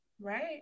Right